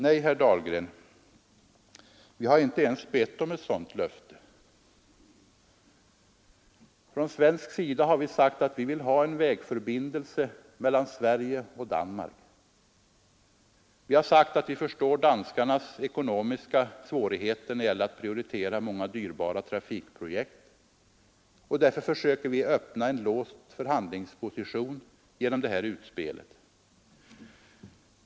Nej, herr Dahlgren, vi har inte ens bett om ett sådant löfte. Från svensk sida har vi sagt att vi vill ha en vägförbindelse mellan Sverige och Danmark. Vi förstår danskarnas ekonomiska svårigheter när det gäller att prioritera många dyrbara trafikprojekt, och därför försöker vi öppna en låst förhandlingsposition genom det här utspelet.